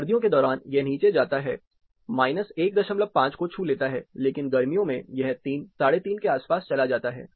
सर्दियों के दौरान यह नीचे जाता है 15 को छू लेता है लेकिन गर्मियों में यह 3 35 के आसपास चला जाता है